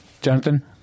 Jonathan